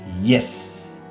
Yes